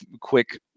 quick